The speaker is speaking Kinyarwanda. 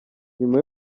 nyuma